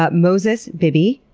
ah moses bibi,